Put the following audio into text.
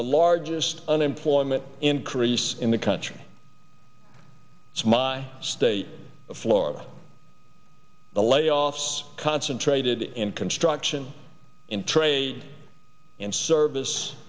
the largest unemployment increase in the country it's my state of florida the layoffs concentrated in construction in tray and service